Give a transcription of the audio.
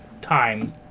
time